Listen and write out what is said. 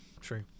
True